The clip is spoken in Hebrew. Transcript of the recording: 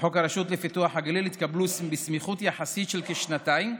וחוק הרשות לפיתוח הגליל התקבלו בסמיכות יחסית של כשנתיים,